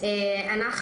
אנחנו